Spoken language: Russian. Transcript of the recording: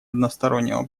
одностороннего